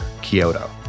Kyoto